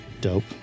Dope